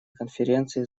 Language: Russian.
конференции